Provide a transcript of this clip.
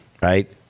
Right